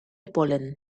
polen